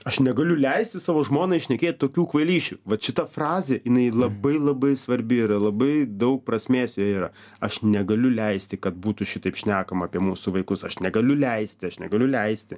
aš negaliu leisti savo žmonai šnekėt tokių kvailysčių vat šita frazė jinai labai labai svarbi yra labai daug prasmės joje yra aš negaliu leisti kad būtų šitaip šnekama apie mūsų vaikus aš negaliu leisti aš negaliu leisti